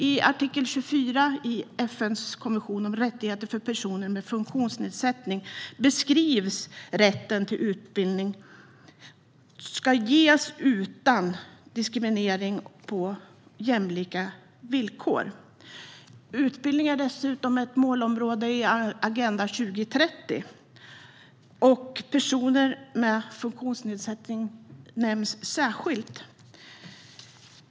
I artikel 24 i FN:s konvention om rättigheter för personer med funktionsnedsättning beskrivs att rätten till utbildning ska ges utan diskriminering och på jämlika villkor. Utbildning är dessutom ett målområde i Agenda 2030, och personer med funktionsnedsättning nämns särskilt.